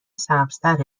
سبزتر